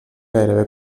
gairebé